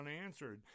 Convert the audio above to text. unanswered